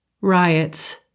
Riots